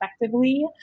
effectively